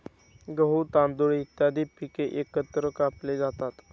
गहू, तांदूळ इत्यादी पिके एकत्र कापली जातात